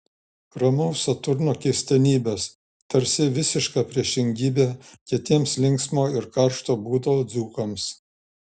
ramaus saturno keistenybės tarsi visiška priešingybė kitiems linksmo ir karšto būdo dzūkams